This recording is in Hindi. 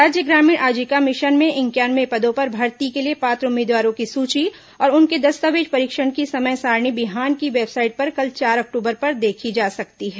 राज्य ग्रामीण आजीविका मिशन में इंक्यानवे पदों पर भर्ती के लिए पात्र उम्मीदवारों की सूची और उनके दस्तावेज परीक्षण की समय सारणी बिहान की वेबसाइट पर कल चार अक्टूबर को देखी जा सकती है